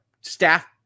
staff